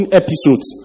episodes